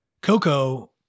Coco